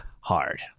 hard